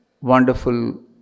wonderful